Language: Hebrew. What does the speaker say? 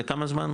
לכמה זמן?